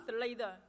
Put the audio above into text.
later